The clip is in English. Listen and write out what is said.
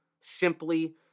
simply